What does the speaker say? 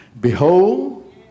Behold